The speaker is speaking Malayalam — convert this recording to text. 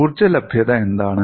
ഊർജ്ജ ലഭ്യത എന്താണ്